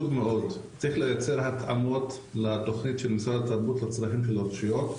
צריך לייצר התאמות לתוכנית של משרד התרבות והספורט לצרכים של הרשויות,